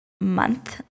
month